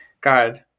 God